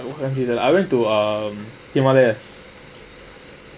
I went to um